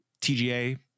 TGA